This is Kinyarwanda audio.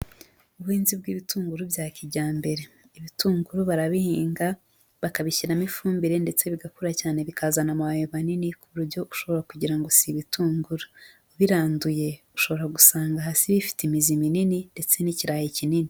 Ubuhinzi bw'ibitunguru bya kijyambere. Ibitunguru barabihinga bakabishyiramo ifumbire, ndetse bigakura cyane bikazana amababi manini, ku buryo ushobora kugira ngo si ibitunguru. Ubiranduye ushobora gusanga hasi bifite imizi minini, ndetse n'ikirayi kinini.